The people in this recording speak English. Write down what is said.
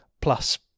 plus